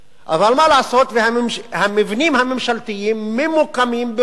אבל מה לעשות שהמבנים הממשלתיים ממוקמים ברובם